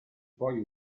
poi